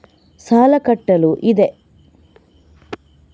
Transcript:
ಸಾಲ ಕಟ್ಟಲು ಇದೆ